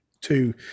two